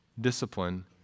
discipline